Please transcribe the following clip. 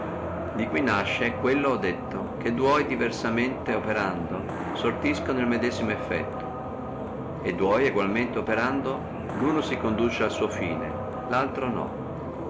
di qui nasce quello ho detto che dua diversamente operando sortiscano el medesimo effetto e dua egualmente operando luno si conduce al suo fine e laltro no